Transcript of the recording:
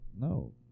No